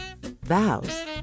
vows